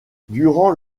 durant